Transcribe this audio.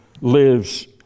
lives